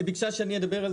היא ביקשה שאני אדבר.